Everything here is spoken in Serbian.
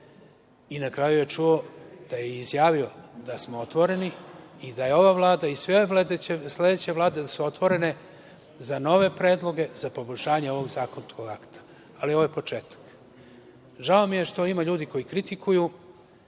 i na kraju je čuo da je izjavio da smo otvoreni i da je ova Vlada i sledeća Vlada, da su otvorene za nove predloge za poboljšanje ovog zakonskog akta, ali ovo je početak. Žao mi je što ima ljudi koji kritikuju